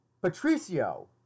Patricio